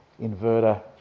inverter